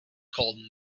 called